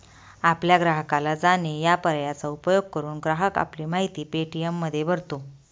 आपल्या ग्राहकाला जाणे या पर्यायाचा उपयोग करून, ग्राहक आपली माहिती पे.टी.एममध्ये भरतो